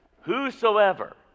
Whosoever